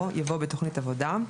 או" יבוא "בתוכנית עבודה",